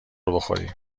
بخوری